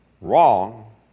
wrong